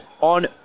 on